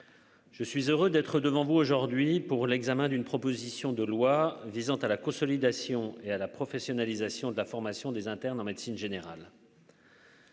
Je suis heureux d'être devant vous aujourd'hui pour l'examen d'une proposition de loi visant à la consolidation et à la professionnalisation de la formation des internes en médecine générale.